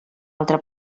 altra